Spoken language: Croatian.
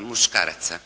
muškaraca.